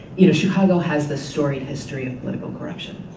you know chicago has this storied history of political corruption